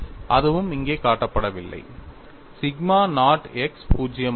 அதுவும் இங்கே காட்டப்படவில்லை சிக்மா நாட் x 0 ஆகும்